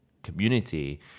community